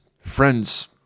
friends